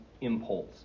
impulse